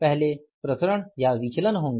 पहले प्रसरण होंगे